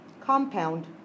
compound